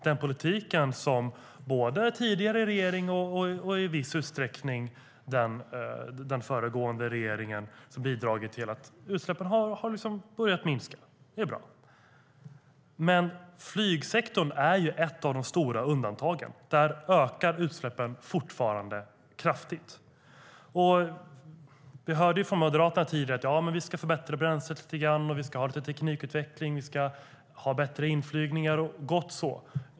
Den politik som både tidigare regering och i viss utsträckning den föregående regeringen bedrivit har bidragit till att utsläppen börjat minska. Det är bra. Men flygsektorn är ett av de stora undantagen. Där ökar utsläppen fortfarande kraftigt. Vi hörde från Moderaterna tidigare att man ska förbättra bränslet lite grann, ha lite teknikutveckling och ha bättre inflygningar - gott så.